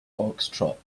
foxtrot